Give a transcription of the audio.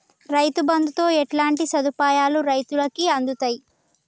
రైతు బంధుతో ఎట్లాంటి సదుపాయాలు రైతులకి అందుతయి?